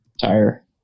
tire